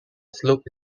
slope